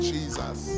Jesus